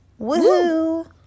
Woohoo